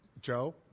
Joe